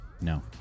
No